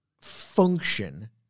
function